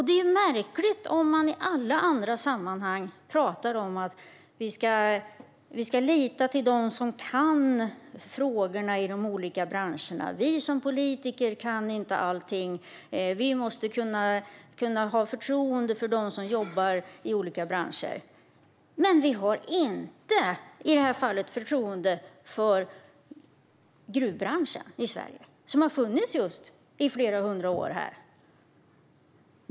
Det är märkligt om man i alla andra sammanhang talar om att vi ska lita på dem som kan frågorna i de olika branscherna. Vi som politiker kan inte allting. Vi måste ha förtroende för dem som jobbar i olika branscher. Men i det här fallet har vi inte förtroende för gruvbranschen i Sverige som har funnits i flera hundra år.